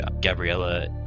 Gabriella